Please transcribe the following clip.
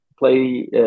play